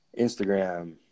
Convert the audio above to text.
Instagram